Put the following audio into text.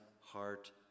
heart